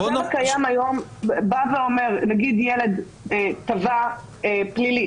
במצב הקיים היום, אם ילד תבע פלילית